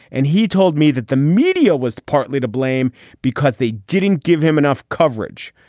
and he told me that the media was partly to blame because they didn't give him enough coverage.